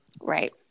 Right